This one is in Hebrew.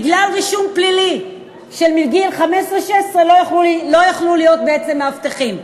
ובגלל רישום פלילי מגיל 16-15 לא יכולים להיות בעצם מאבטחים.